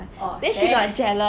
orh !chey!